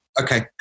Okay